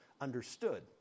understood